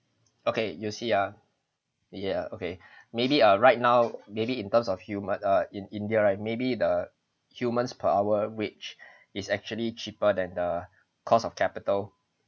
okay you see ah ya okay maybe ah right now maybe in terms of human err in india right maybe the humans per hour wage is actually cheaper than the cost of capital